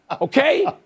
Okay